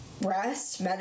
rest